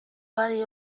bari